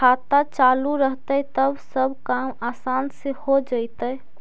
खाता चालु रहतैय तब सब काम आसान से हो जैतैय?